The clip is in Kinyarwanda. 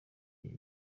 iyi